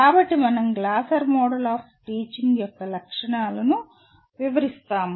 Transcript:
కాబట్టి మనం Glaser model of teaching యొక్క లక్షణాలను వివరిస్తాము